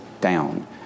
down